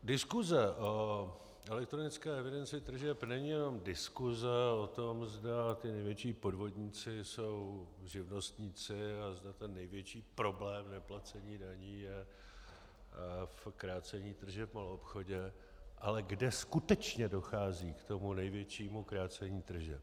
Diskuse o elektronické evidenci tržeb není jenom diskuse o tom, zda ti největší podvodníci jsou živnostníci a zda ten největší problém neplacení daní je to krácení tržeb v maloobchodě, ale kde skutečně dochází k tomu největšímu krácení tržeb.